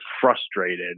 frustrated